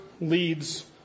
leads